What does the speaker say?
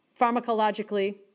pharmacologically